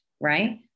right